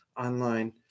online